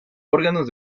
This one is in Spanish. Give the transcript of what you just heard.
órganos